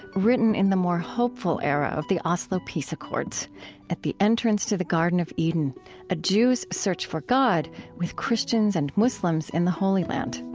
written in the more hopeful era of the oslo peace accords at the entrance to the garden of eden a jew's search for god with christians and muslims in the holy land